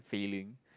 failing